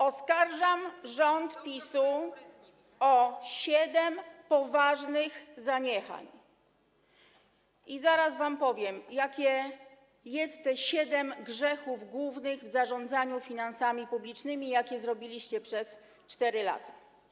Oskarżam rząd PiS-u o siedem poważnych zaniechań i zaraz wam powiem, jakie jest te siedem grzechów głównych w zarządzaniu finansami publicznymi, które popełniliście przez 4 lata.